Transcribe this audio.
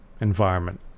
environment